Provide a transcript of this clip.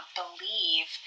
believe